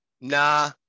nah